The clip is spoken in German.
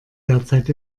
derzeit